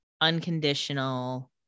unconditional